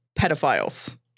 pedophiles